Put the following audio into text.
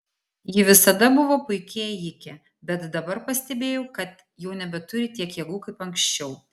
ji visada buvo puiki ėjike bet dabar pastebėjo kad jau nebeturi tiek jėgų kaip anksčiau